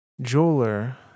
Jeweler